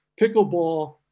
pickleball